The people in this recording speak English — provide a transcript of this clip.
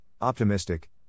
optimistic